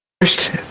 first